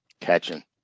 Catching